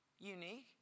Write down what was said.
unique